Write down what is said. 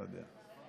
לא יודע.